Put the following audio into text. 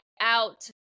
out